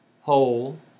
hole